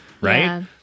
Right